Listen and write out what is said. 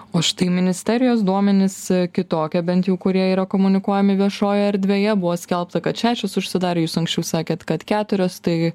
o štai ministerijos duomenys kitokie bent jau kurie yra komunikuojami viešojoje erdvėje buvo skelbta kad šešios užsidarė jūs anksčiau sakėte kad keturios tai